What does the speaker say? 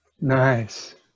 Nice